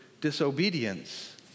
disobedience